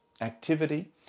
activity